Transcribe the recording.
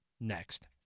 next